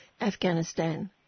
Afghanistan